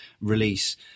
release